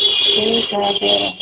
ठीक है दे रहे हैं